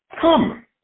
Come